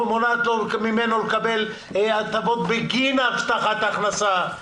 מונעת ממנו לקבל הטבות בגין הבטחת ההכנסה,